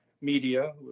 media